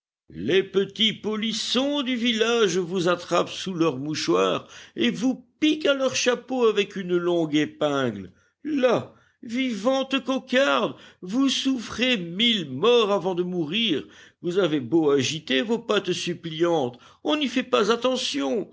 les petits polissons du village vous attrapent sous leur mouchoir et vous piquent à leur chapeau avec une longue épingle là vivante cocarde vous souffrez mille morts avant de mourir vous avez beau agiter vos pattes suppliantes on n'y fait pas attention